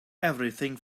everything